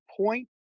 point